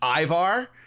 Ivar